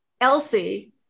Elsie